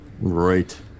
Right